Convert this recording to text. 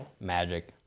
Magic